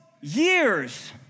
years